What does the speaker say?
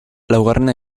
laugarrena